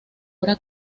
obra